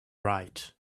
right